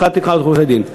שכר טרחת עורכי-דין.